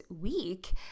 week